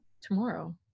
tomorrow